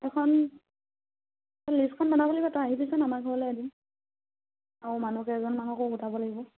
এখন লিষ্টখন বনাব লাগিব তই আহিবিছোন আমাৰ ঘৰলৈ এদিন আৰু মানুহ কেইজনমানকো উঠাব লাগিব